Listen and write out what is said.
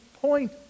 point